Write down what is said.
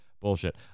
bullshit